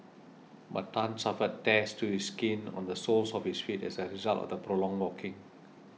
but Tan suffered tears to the skin on the soles of his feet as a result of the prolonged walking